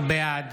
בעד